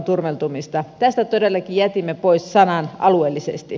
tästä todellakin jätimme pois sanan alueellisesti